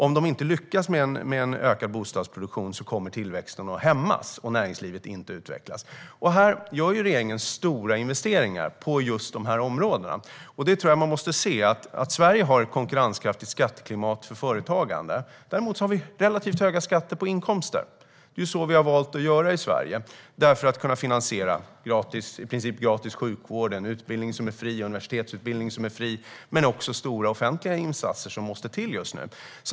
Om de inte lyckas med en ökad bostadsproduktion kommer tillväxten att hämmas, och näringslivet kommer inte att utvecklas. Regeringen gör stora investeringar på just dessa områden. Jag tror att man måste se att Sverige har ett konkurrenskraftigt skatteklimat för företagande. Däremot har vi relativt höga skatter på inkomster. Det är så vi har valt att göra i Sverige för att kunna finansiera en i princip gratis sjukvård, en utbildning som är fri och en universitetsutbildning som är fri men också stora offentliga insatser som måste till just nu.